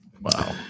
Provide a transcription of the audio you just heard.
wow